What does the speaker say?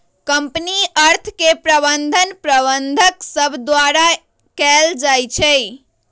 company अर्थ के प्रबंधन प्रबंधक सभ द्वारा कएल जाइ छइ